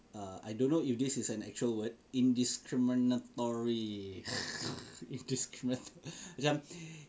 err I don't know if this is an actual word indiscriminatory indiscriminate macam